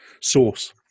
source